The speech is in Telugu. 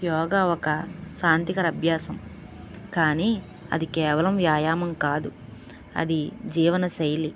యోగా ఒక శాంతికర అభ్యాసం కానీ అది కేవలం వ్యాయామం కాదు అది జీవనశైలి